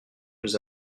nous